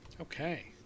Okay